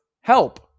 help